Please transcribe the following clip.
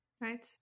Right